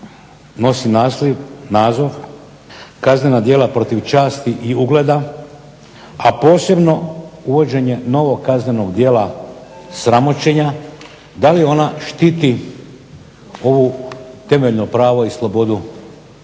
nosi naziv kaznena djela protiv časti i ugleda, a posebno uvođenje novog kaznenog djela sramoćenja, da li ona štiti ovo temeljno pravo i slobodu